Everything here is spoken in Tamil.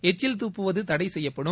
எச்சில் துப்புவது தடை செய்யப்படும்